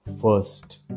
first